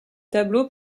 tableaux